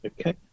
Okay